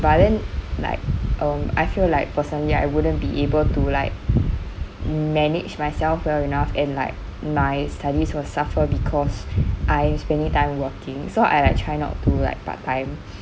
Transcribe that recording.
but then like um I feel like personally I wouldn't be able to like manage myself well enough and like my studies will suffer because I'm spending time working so I like try not to like part time